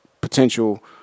potential